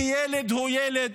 כי ילד הוא ילד,